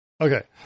Okay